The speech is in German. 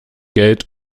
geld